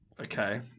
Okay